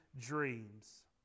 dreams